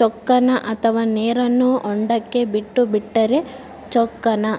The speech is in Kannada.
ಚೊಕ್ಕನ ಅಥವಾ ನೇರನ್ನು ಹೊಂಡಕ್ಕೆ ಬಿಟ್ಟು ಬಿಟ್ಟರೆ ಚೊಕ್ಕನ?